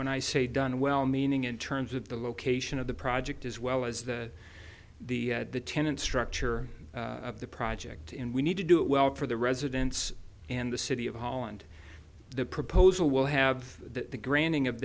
when i say done well meaning in terms of the location of the project as well as the tenant structure of the project and we need to do it well for the residents in the city of holland the proposal will have the granting of